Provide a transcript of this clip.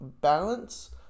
balance